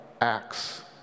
acts